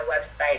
website